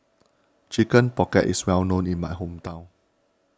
Chicken Pocket is well known in my hometown